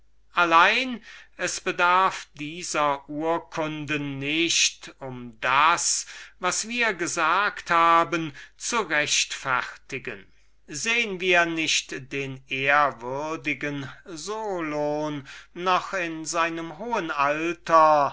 allein es bedarf dieser urkunden nicht um das was wir gesagt haben zu rechtfertigen sehen wir nicht den ehrwürdigen solon noch in seinem hohen alter